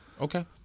Okay